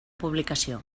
publicació